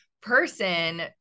person